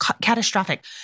catastrophic